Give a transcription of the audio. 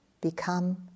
become